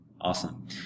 Awesome